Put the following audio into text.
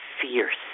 fierce